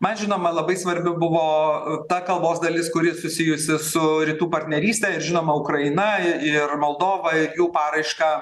man žinoma labai svarbi buvo ta kalbos dalis kuri susijusi su rytų partneryste ir žinoma ukraina ir moldova ir jų paraiška